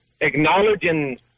acknowledging